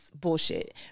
bullshit